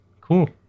Cool